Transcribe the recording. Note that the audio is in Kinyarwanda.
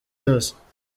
yose